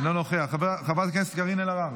אינו נוכח, חברת הכנסת קארין אלהרר,